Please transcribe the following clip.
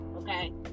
okay